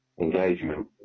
engagement